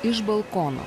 iš balkono